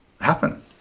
happen